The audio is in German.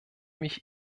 mich